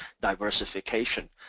diversification